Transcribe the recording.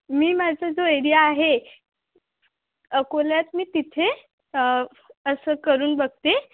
मी माझा जो एरिया आहे अकोल्यात मी तिथे असं करून बघते